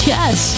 Yes